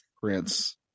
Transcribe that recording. Prince